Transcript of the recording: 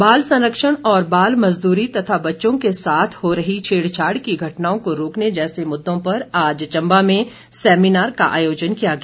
seminar बाल संरक्षण और बाल मज़दूरी तथा बच्चों के साथ हो रही छेड़छाड़ की घटनाओं को रोकने जैसे मुद्दों पर आज चंबा में सेमिनार का आयोजन किया गया